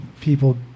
people